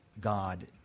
God